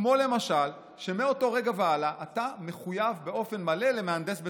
כמו למשל שמאותו רגע והלאה אתה מחויב באופן מלא למהנדס בטיחות,